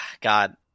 God